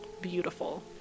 Beautiful